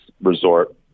Resort